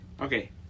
Okay